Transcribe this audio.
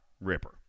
Ripper